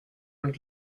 und